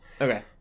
Okay